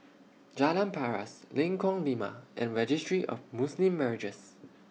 Jalan Paras Lengkong Lima and Registry of Muslim Marriages